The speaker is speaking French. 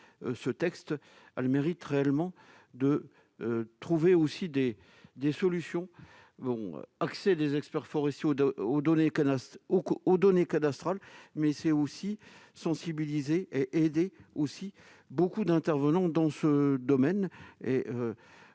ce texte a le mérite réellement de trouver aussi des des solutions bon accès des experts forestiers ou de aux données au ou données cadastrales mais c'est aussi sensibiliser et aider aussi beaucoup d'intervenants dans ce domaine